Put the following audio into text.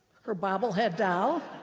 her bobblehead doll.